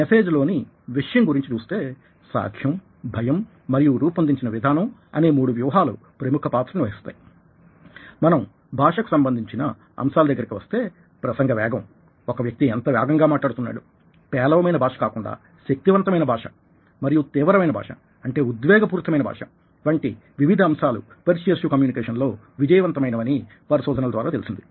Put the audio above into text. message లోని విషయం గురించి చూస్తే సాక్ష్యం భయం మరియు రూపొందించిన విధానం అనే మూడు వ్యూహాలు ప్రముఖ పాత్రని పోషిస్తాయి మనం భాషకు సంబంధించిన అంశాల దగ్గరికి వస్తే ప్రసంగ వేగం ఒక వ్యక్తి ఎంత వేగంగా మాట్లాడుతున్నాడు పేలవమైన భాష కాకుండా శక్తి వంతమైన భాష మరియు తీవ్రమైన భాష అంటే ఉద్వేగపూరితమైన భాష వంటి వివిధ అంశాలు పెర్స్యుయేసివ్ కమ్యూనికేషన్లో విజయవంతమైనవని పరిశోధనల ద్వారా తెలుసింది